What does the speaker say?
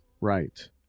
Right